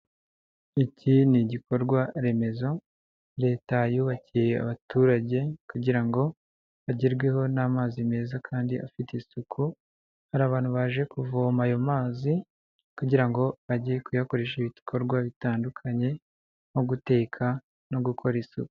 Iki ni igikorwa remezo leta yubakiye abaturage kugira ngo bagerweho n'amazi meza kandi afite isuku hari abantu baje kuvoma ayo mazi kugira ngo baajye kuyakoresha ibikorwa bitandukanye nko guteka no gukora isuku.